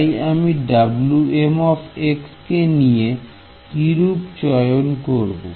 তাই আমি Wm কে রূপে চয়ন করব